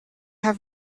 have